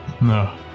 No